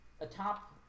atop